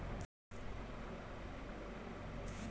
अनुसंधान के लिए काफी लंबे समय तक का फंड प्राप्त हो जा हई का